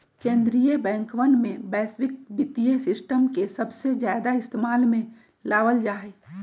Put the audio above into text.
कीन्द्रीय बैंकवन में वैश्विक वित्तीय सिस्टम के सबसे ज्यादा इस्तेमाल में लावल जाहई